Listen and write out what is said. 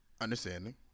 Understanding